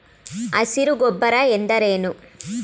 ಹಸಿರು ಗೊಬ್ಬರ ಎಂದರೇನು?